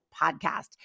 podcast